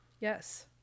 Yes